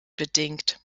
bedingt